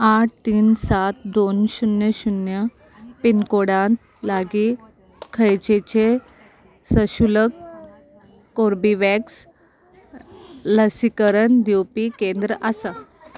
आठ तीन सात दोन शुन्य शुन्य पिनकोडांत लागीं खंयचेचे सशुल्क कोर्बेवॅक्स लसीकरण दिवपी केंद्र आसा